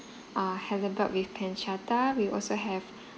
uh halibut with pancetta we also have